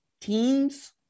teams